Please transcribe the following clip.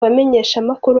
bamenyeshamakuru